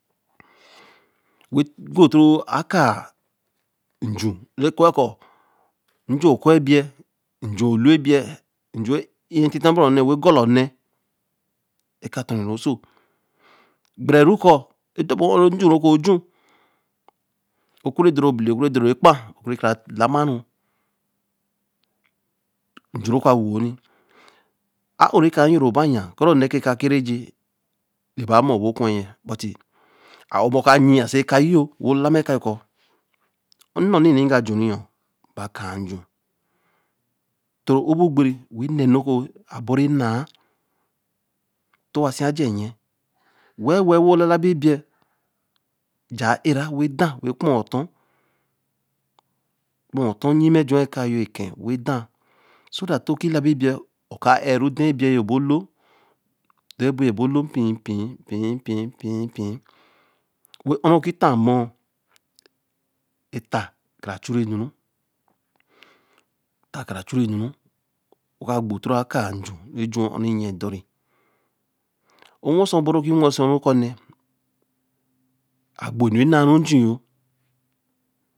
Be toro aka nj̄u re ku waku, nj̄u okōo ebei, nj̄u olōo ebei, nj̄u re n̄ni ye titte beru nne wen gorla nn̄e, eka ton re ruso gbere ru ku edo bo ho nj̄u re ke ju, oku re dore abele ear, okure dor ne kpa ka ra la ma ru, nj̄u ru ka wo wa yin a ō-e ka j̄o r ru ba yen, koō re o-nn̄e re ka ke re eyēe, re ba mo bo ō kpeye butii a or mumo ka yin yen so ka j̄or wo lama ekāa yoō, koo ē nu n̄ni re ga j̄u re yoō ba kaā nju, toro ō bo bere wen n̄na enu re a bore n̄na to wasi aj̄er ēar weh-weh o lala bi ebei, j̄aā ēar ra wen ta- a wen kpa yel oton, kpa-na oton lyinme juwa eka yoo eke wo ta-ah, so that to ki la bī ebeī, ō ka ēar ru la-an ebei yoo lōe, pei-pei pei pei pei pei, wen or ru ki t aan mōo etta ka ra churu enu ru etta ka ra chu renu ru won ka gbo to o kaā ju re j̄u wa ho re yen do re, e wen se bo ru, ro ki wen se ru ho re ō ka nn̄a a gbo ēnu n̄na re nj̄u yōo.